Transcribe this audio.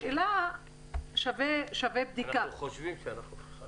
אנחנו חושבים שאנחנו חכמים יותר.